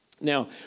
Now